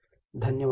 ధన్యవాదాలు